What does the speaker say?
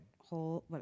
whole